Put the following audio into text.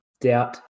doubt